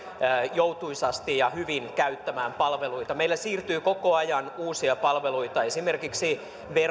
joutuisasti ja hyvin käyttämään palveluita meillä siirtyy koko ajan uusia palveluita esimerkiksi